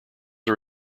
are